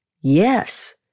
Yes